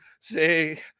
say